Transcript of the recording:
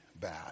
bad